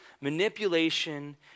manipulation